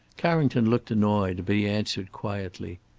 carrington looked annoyed, but he answered quietly,